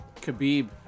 Khabib